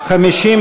בממשלה לא נתקבלה.